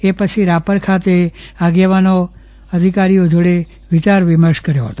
એ પછી રાપર ખાતે આગેવાનો અધિકારીઓ જોડે વિચાર વિમર્શ કર્યો હતો